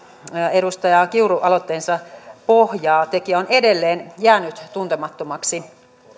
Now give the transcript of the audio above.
edustaja kiuru aloitteensa pohjaa tekijä on edelleen jäänyt tuntemattomaksi